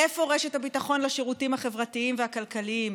איפה רשת הביטחון לשירותים החברתיים והכלכליים?